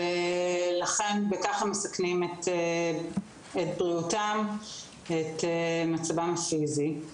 וכך הם מסכנים את בריאותם ואת מצבם הפיזי.